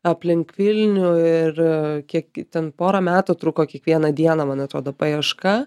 aplink vilnių ir kiek ten pora metų truko kiekvieną dieną man atrodo paieška